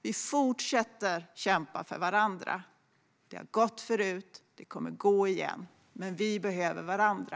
Vi fortsätter att kämpa för varandra. Det har gått förut, och det kommer att gå igen - men vi behöver varandra.